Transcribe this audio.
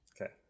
Okay